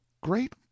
great